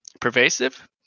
pervasive